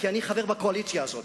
כי אני חבר בקואליציה הזאת,